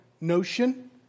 notion